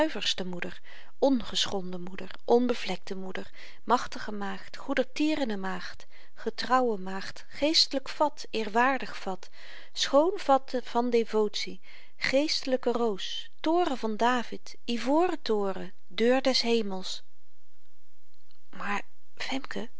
moeder ongeschonden moeder onbevlekte moeder machtige maagd goedertierene maagd getrouwe maagd geestelyk vat eerwaardig vat schoon vat van devotie geestelyke roos toren van david ivoren toren deur des hemels maar femke